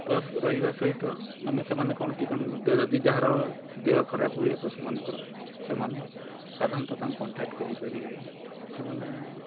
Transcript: ତ ରହିବା ସହିତ ମାନେ ସେମାନେ କ'ଣ କି ଯଦି ଯାହାର ଦେହ ଖରାପ ହୁଏ ପଶୁମାନଙ୍କର ସେମାନେ ସାଧାରଣତଃ ତାଙ୍କୁ କଣ୍ଟ୍ରାକ୍ଟ କରିପାରିବେ ସେମାନେ